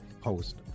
post